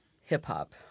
hip-hop